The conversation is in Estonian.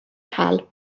hääl